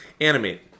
Animate